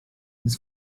his